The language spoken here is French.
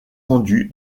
rendu